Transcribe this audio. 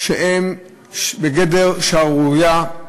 שהן בגדר שערורייה,